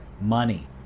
money